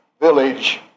village